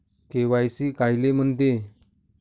KYC कायले म्हनते?